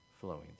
flowing